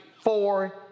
four